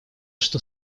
что